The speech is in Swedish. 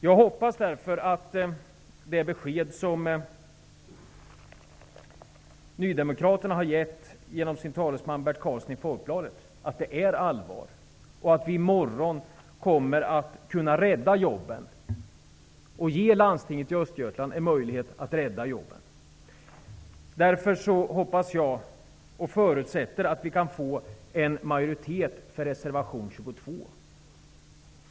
Jag hoppas därför att det besked som nydemokraterna genom sin talesman Bert Karlsson har gett i Folkbladet är allvarligt menat, och att vi i morgon skall kunna ge Landstinget i Östergötland en möjlighet att rädda jobben. Därför hoppas och förutsätter jag att vi kan få en majoritet för reservation 22.